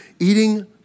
eating